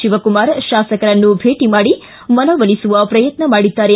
ಶಿವಕುಮಾರ ಶಾಸಕರನ್ನು ಭೇಟ ಮಾಡಿ ಮನವೊಲಿಸುವ ಪ್ರಯತ್ನ ಮಾಡಿದ್ದಾರೆ